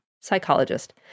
psychologist